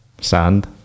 sand